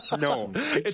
no